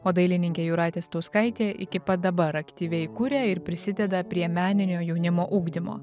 o dailininkė jūratė stauskaitė iki pat dabar aktyviai kuria ir prisideda prie meninio jaunimo ugdymo